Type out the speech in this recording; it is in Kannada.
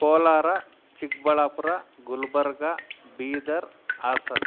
ಕೋಲಾರ ಚಿಕ್ಕಬಳ್ಳಾಪುರ ಗುಲ್ಬರ್ಗಾ ಬೀದರ್ ಹಾಸನ್